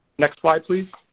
next slide please.